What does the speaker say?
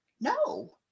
no